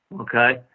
Okay